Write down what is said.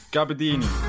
Gabadini